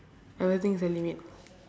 everything has a limit